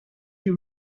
you